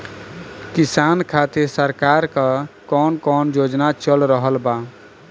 किसान खातिर सरकार क कवन कवन योजना चल रहल बा?